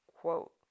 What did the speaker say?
quote